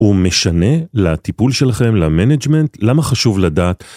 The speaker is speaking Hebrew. ומשנה לטיפול שלכם, למנג'מנט, למה חשוב לדעת?